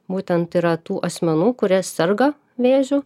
būtent yra tų asmenų kurie serga vėžiu